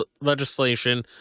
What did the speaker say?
legislation